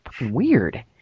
weird